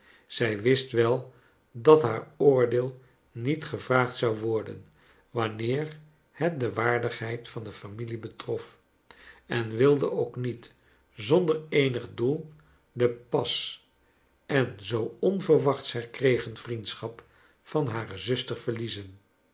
zij wist wel dat haar oordeel niet gevraagd zou worden wanneer het de waardigheid van de familie betrof en wilde ook niet zonder eenig doel de pas en zoo onverwachts herkregen vriendschap van hare zuster verliezen